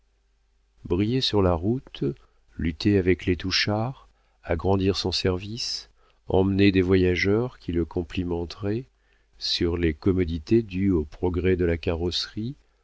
briller sur la route lutter avec les touchard agrandir son service emmener des voyageurs qui le complimenteraient sur les commodités dues au progrès de la carrosserie